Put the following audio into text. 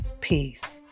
Peace